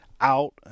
out